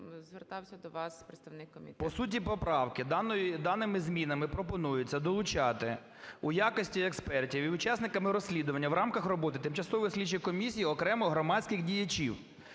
звертався до вас представник комітету. 11:58:23 КАПЛІН С.М. По суті поправки. Даними змінами пропонується долучати у якості експертів і учасниками розслідування в рамках роботи тимчасових слідчих комісій окремо громадських діячів.